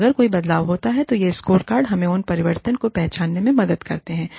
और अगर कोई बदलाव होता है तो ये स्कोरकार्ड हमें उन परिवर्तनों को पहचानने में मदद करते हैं